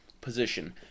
position